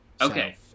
Okay